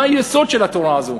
מה היסוד של התורה הזאת?